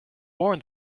warn